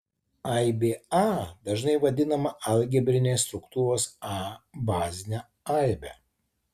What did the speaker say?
aibė a dažnai vadinama algebrinės struktūros a bazine aibe